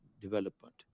development